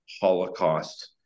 Holocaust